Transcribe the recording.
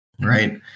right